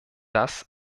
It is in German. das